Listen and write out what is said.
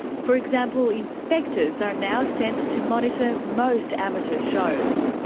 for example, inspectors are now sent to monitor most amateur shows.